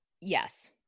yes